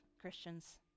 Christians